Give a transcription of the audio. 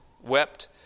wept